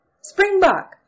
springbok